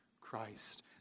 Christ